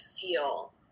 feel